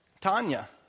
Tanya